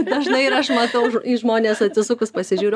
dažnai ir aš matau į žmones atsisukus pasižiūriu